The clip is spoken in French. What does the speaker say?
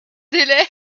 délai